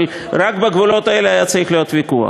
אבל רק בגבולות האלה היה צריך להיות ויכוח.